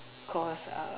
cause uh